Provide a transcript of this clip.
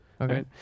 Okay